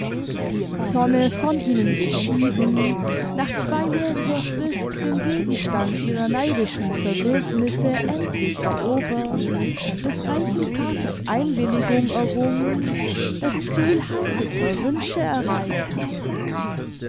die im zorne von ihnen geschieden nach zweijähriger frist den gegenstand ihrer neidischen zerwürfnisse endlich erobert des reichen vaters einwilligung errungen das ziel heißester wünsche erreicht hatte